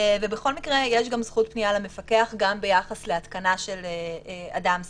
ובכל מקרה יש גם זכות פנייה למפקח גם ביחס להתקנה של אדם ספציפי.